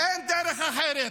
אין דרך אחרת.